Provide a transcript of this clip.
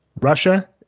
Russia